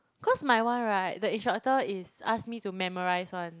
cause my one [right] the instructor is ask me to memorise one